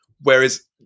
Whereas